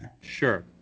Sure